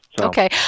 Okay